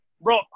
bro